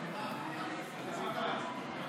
בבקשה,